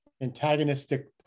antagonistic